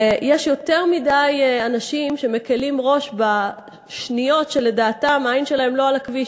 ויש יותר מדי אנשים שמקלים ראש בשניות שהעין שלהם לא על הכביש.